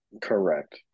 Correct